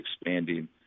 expanding